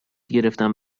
گرفنم